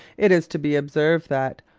it is to be observed that,